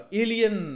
alien